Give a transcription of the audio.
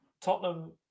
Tottenham